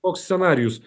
oks scenarijus